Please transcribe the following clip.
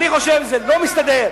חבר הכנסת,